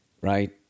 right